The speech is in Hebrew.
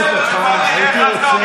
הייתי רוצה,